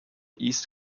east